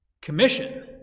Commission